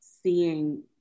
seeing